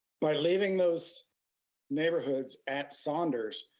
by leaving those neighborhoods at saunders,